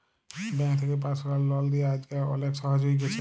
bank থ্যাকে personal loan লিয়া আইজকাল অলেক সহজ হ্যঁয়ে গেছে